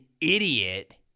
idiot